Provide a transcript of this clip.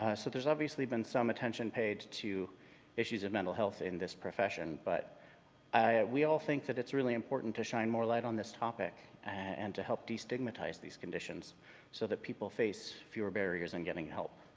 ah so there's obviously been some attention paid to issues of mental health in this profession. but we all think that it's really important to shine more light on this topic and to help destigmatize these conditions so that people face fewer barriers in getting help.